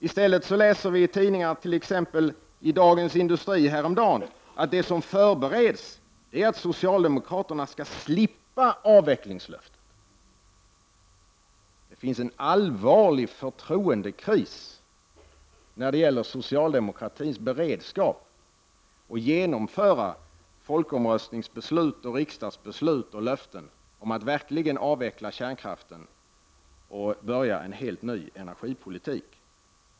I stället läser vi i tidningarna, t.ex. i Dagens Industri häromdagen, att det som förbereds är att socialdemokraterna skall slippa avvecklingslöftet. Det finns en allvarlig förtroendekris när det gäller socialdemokratins beredskap för att genomföra riksdagsbeslutet enligt folkomröstningen och löftet om att verkligen avveckla kärnkraften och börja en helt ny energipolitik.